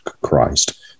Christ